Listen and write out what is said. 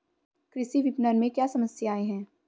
कृषि विपणन में क्या समस्याएँ हैं?